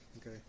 Okay